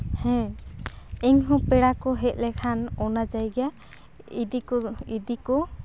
ᱦᱮᱸ ᱤᱧᱦᱚᱸ ᱯᱮᱲᱟ ᱠᱚ ᱦᱮᱡ ᱞᱮᱱᱠᱷᱟᱱ ᱚᱱᱟ ᱡᱟᱭᱜᱟ ᱤᱫᱤ ᱠᱚ ᱤᱫᱤ ᱠᱚ